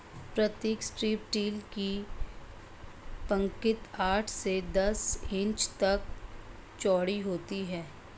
प्रतीक strip till की पंक्ति आठ से दस इंच तक चौड़ी होती है